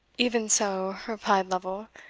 even so, replied lovel,